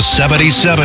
77